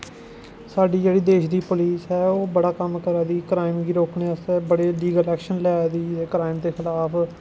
साढ़ी जेह्ड़ी देश दी पुलस ऐ ओह् बड़ा कम्म करा दी क्राईम गी रोकने आस्तै बड़े लिगल ऐक्शन लै दी क्राईम दे खलाफ